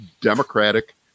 Democratic